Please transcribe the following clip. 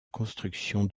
construction